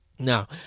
Now